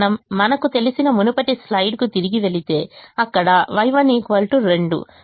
మనము మనకు తెలిసిన మునుపటి స్లైడ్కు తిరిగి వెళితే అక్కడ Y1 2